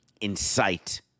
incite